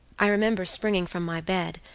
i remember springing from my bed,